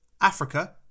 Africa